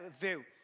view